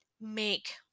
make